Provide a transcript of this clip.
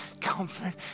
comfort